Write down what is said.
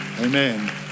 Amen